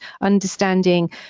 understanding